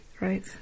right